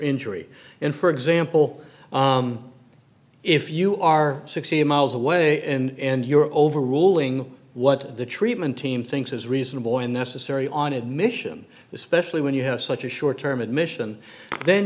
injury in for example if you are sixty miles away and you're overruling what the treatment team thinks is reasonable and necessary on admission especially when you have such a short term admission then